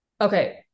Okay